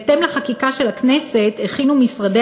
בהתאם לחקיקה של הכנסת הכינו משרדי